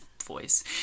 voice